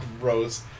Gross